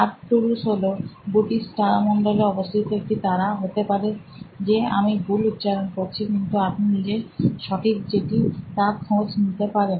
Arcturus হল Bootes তারামণ্ডলে অবস্থিত একটি তারা হতে পারে যে আমি ভুল উচ্চারণ করছি কিন্তু আপনি নিজে সঠিক যেটি তার খোঁজ নিতে পারেন